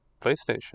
PlayStation